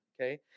Okay